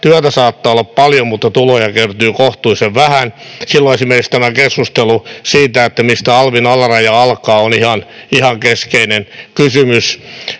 työtä saattaa olla paljon mutta tuloja kertyy kohtuullisen vähän. Silloin esimerkiksi tämä keskustelu siitä, mistä alvin alaraja alkaa, on ihan keskeinen kysymys